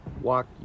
walk